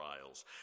trials